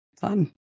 fun